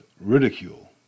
ridicule